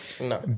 no